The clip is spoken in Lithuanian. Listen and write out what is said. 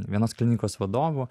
vienos klinikos vadovu